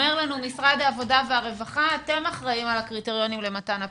אומר לנו משרד העבודה והרווחה אתם אחראים על הקריטריונים למתן הפיצוי.